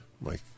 Mike